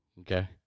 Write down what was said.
Okay